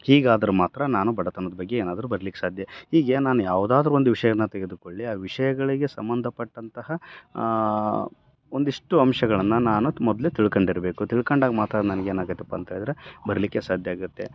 ಹೀಗಾದ್ರೆ ಮಾತ್ರ ನಾನು ಬಡತನದ ಬಗ್ಗೆ ಏನಾದ್ರು ಬರೀಲಿಕ್ ಸಾಧ್ಯ ಈಗ ನಾನು ಯಾವುದಾದ್ರು ಒಂದು ವಿಷಯವನ್ನು ತೆಗೆದುಕೊಳ್ಳಿ ಆ ವಿಷಯಗಳಿಗೆ ಸಂಬಂಧಪಟ್ಟಂತಹ ಒಂದಿಷ್ಟು ಅಂಶಗಳನ್ನು ನಾನು ಮೊದಲೆ ತಿಳ್ಕೊಂಡಿರ್ಬೇಕು ತಿಳ್ಕೊಂಡಾಗ್ ಮಾತ್ರ ನನ್ಗೇನು ಆಗುತ್ತಪ್ಪ ಅಂತ ಹೇಳಿದ್ರೆ ಬರೀಲಿಕ್ಕೆ ಸಾಧ್ಯ ಆಗುತ್ತೆ